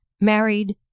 married